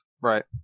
Right